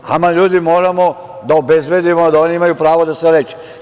Ljudi, moramo da obezbedimo, da oni imaju pravo da se leče.